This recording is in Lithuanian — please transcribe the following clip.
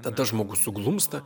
tada žmogus suglumsta